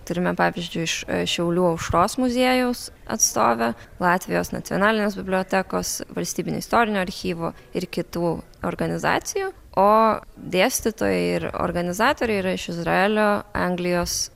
turime pavyzdžiui iš šiaulių aušros muziejaus atstovę latvijos nacionalinės bibliotekos valstybinio istorinio archyvo ir kitų organizacijų o dėstytojai ir organizatoriai yra iš izraelio anglijos